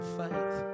faith